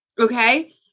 Okay